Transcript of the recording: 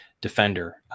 defender